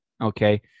okay